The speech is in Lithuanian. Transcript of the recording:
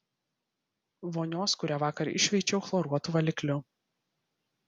vonios kurią vakar iššveičiau chloruotu valikliu